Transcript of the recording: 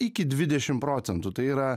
iki dvidešim procentų tai yra